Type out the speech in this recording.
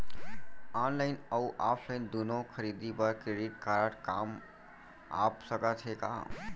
Online अऊ offline दूनो खरीदी बर क्रेडिट कारड काम आप सकत हे का?